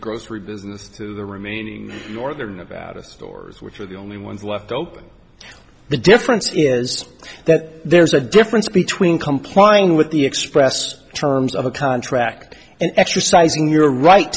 grocery business to the remaining northern nevada stores which are the only ones left open the difference is that there's a difference between complying with the express terms of a contract and exercising your right